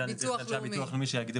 הביטוח הלאומי צריך להגדיר.